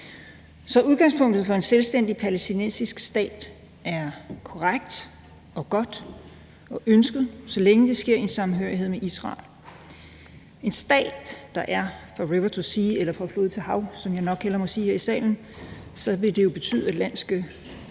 så udgangspunktet for en selvstændig palæstinensisk stat er korrekt og godt og ønsket, så længe det sker i samhørighed med Israel. En stat, der er fra river to sea eller fra flod til hav, som jeg nok hellere må sige her i salen, vil jo betyde, at et land